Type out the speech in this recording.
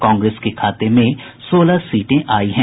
कांग्रेस के खाते में सोलह सीटें आयी है